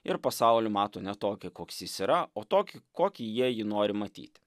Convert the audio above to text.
ir pasaulį mato ne tokį koks jis yra o tokį kokį jie jį nori matyti